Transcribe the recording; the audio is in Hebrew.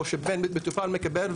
או שמטופל מקבל,